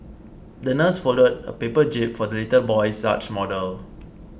the nurse folded a paper jib for the little boy's yacht model